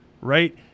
right